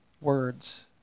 words